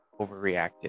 overreacted